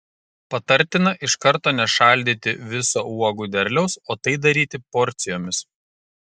patartina iš karto nešaldyti viso uogų derliaus o tai daryti porcijomis